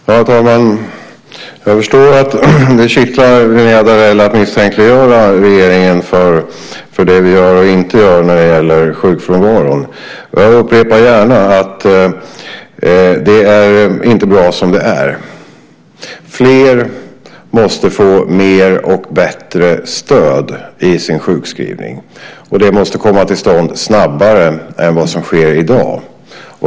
Herr talman! Jag förstår att det kittlar i Linnéa Darell att misstänkliggöra regeringen för det vi gör och inte gör när det gäller sjukfrånvaron. Jag upprepar gärna att det inte är bra som det är. Fler måste få mer och bättre stöd i sin sjukskrivning, och det måste komma till stånd snabbare än vad som sker i dag.